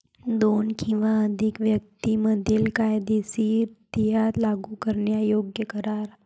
दोन किंवा अधिक व्यक्तीं मधील कायदेशीररित्या लागू करण्यायोग्य करार